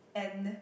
and